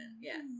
yes